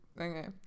Okay